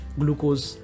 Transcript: glucose